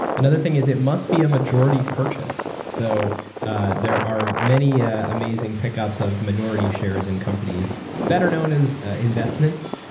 another thing is it must be a majority purchase. so ah there are many ah amazing pickups of minority shares and companies better known as investments.